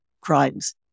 crimes